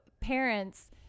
parents